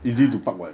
uh